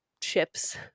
chips